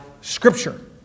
scripture